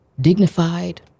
dignified